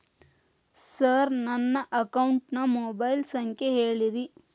sir ನನ್ನ ಅಕೌಂಟಿನ mobile ಸಂಖ್ಯೆ ಹೇಳಿರಿ